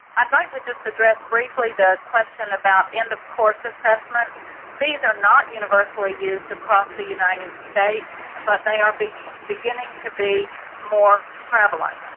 i'd like to just address briefly the question about end-of-course assessment. these are not universally used across the united states, but they are beginning to be more prevalent.